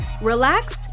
relax